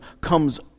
comes